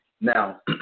Now